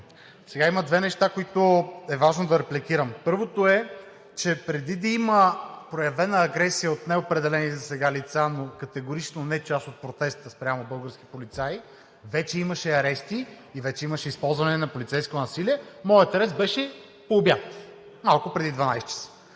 сега има две неща, които е важно да репликирам. Първото е, че преди да има проявена агресия от неопределени засега лица, категорично не част от протеста спрямо български полицаи, вече имаше арести и вече имаше използване на полицейско насилие. Моят арест беше по обяд, малко преди 12,00 ч.